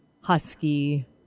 Husky